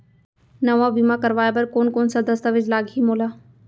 नवा बीमा करवाय बर कोन कोन स दस्तावेज लागही मोला?